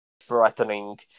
threatening